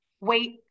wait